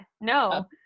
no